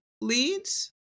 leads